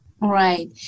right